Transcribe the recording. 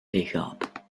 pickup